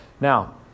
Now